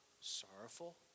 sorrowful